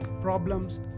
problems